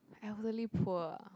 elderly poor ah